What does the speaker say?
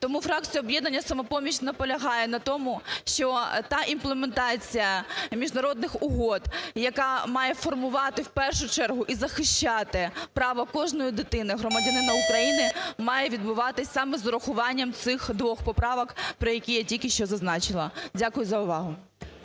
Тому фракція "Об'єднання "Самопоміч" наполягає на тому, що та імплементація міжнародних угод, яка має формувати в першу чергу і захищати право кожної дитини - громадянина України, має відбуватися саме з урахуванням цих двох поправок, про які я тільки що зазначила. Дякую за увагу.